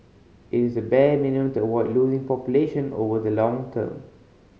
it is the bare minimum to avoid losing population over the long term